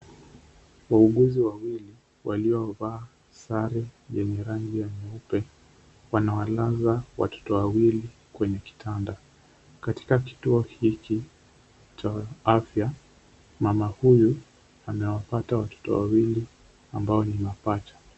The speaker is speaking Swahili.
Wauguzi wawili waliovaa sare yenye rangi ya nyeupe wanawalaza watoto wawili kwenye kitanda ,katika kituo hiki cha afya mama huyu amewapata watoto wawili ambao ni mapacha.